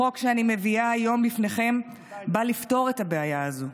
החוק שאני מביאה היום בפניכם בא לפתור את הבעיה הזאת.